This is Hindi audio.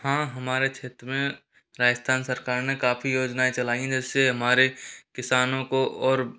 हां हमारे क्षेत्र में राजस्थान सरकार ने काफ़ी योजनाएं चलाई जैसे हमारे किसानों को और